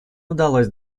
удалось